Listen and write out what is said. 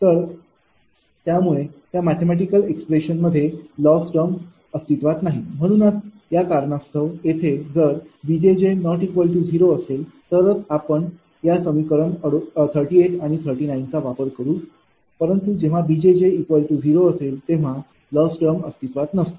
तर त्यामुळेच त्या मॅथेमॅटिकल एक्सप्रेशन मध्ये लॉस टर्म अस्तित्त्वात नाही म्हणूनच या कारणास्तव येथे जर 𝐵𝑗𝑗 ≠ 0 असेल तरच आपण या समीकरण 38 आणि 39 चा वापर करू परंतु जेव्हा 𝐵𝑗𝑗 0 असेल तेव्हा लॉस टर्म अस्तित्वात नसते